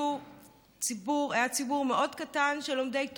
היה ציבור מאוד קטן של לומדי תורה.